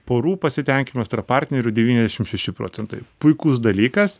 porų pasitenkinimas tarp partnerių devyniasdešim šeši procentai puikus dalykas